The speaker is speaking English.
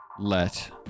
let